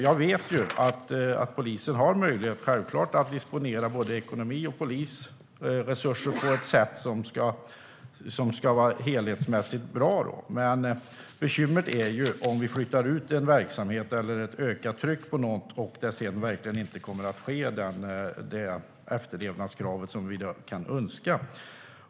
Jag vet att polisen självklart har möjlighet att disponera både ekonomi och polisresurser på ett sätt som ska vara helhetsmässigt bra, men bekymret är om vi flyttar ut en verksamhet eller ett ökat tryck på något och efterlevnadskravet inte kommer att uppfyllas som vi kan önska.